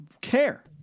care